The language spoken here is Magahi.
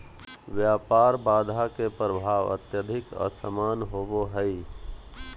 व्यापार बाधा के प्रभाव अत्यधिक असमान होबो हइ